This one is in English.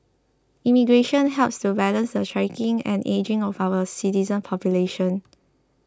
immigration helps to balance the shrinking and ageing of our citizen population